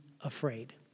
afraid